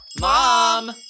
Mom